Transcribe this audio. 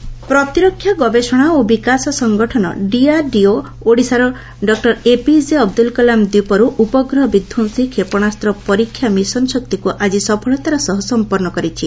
mission Shakti ପ୍ରତିରକ୍ଷା ଗବେଷଣା ଓ ବିକାଶ ସଂଗଠନ ଡିଆରଡିଓ ଓଡିଶାର ଡକ୍କର ଏପିଜେ ଅବଦ୍ରଲ କଲାମ ଦ୍ୱୀପର୍ତ୍ ଉପଗ୍ରହ ବିଧ୍ୱଂସି କ୍ଷେପଶାସ୍ତ ପରୀକ୍ଷା ମିଶନ ଶକ୍ତିକୁ ଆଜି ସଫଳତାର ସହ ସମ୍ପନ୍ନ କରିଛି